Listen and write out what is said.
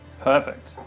Perfect